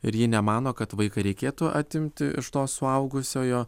ir ji nemano kad vaiką reikėtų atimti iš to suaugusiojo